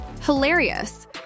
Hilarious